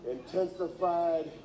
Intensified